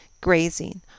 grazing